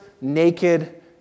naked